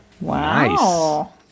Wow